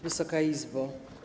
Wysoka Izbo!